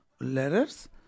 letters